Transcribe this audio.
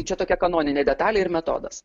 čia tokia kanoninė detalė ir metodas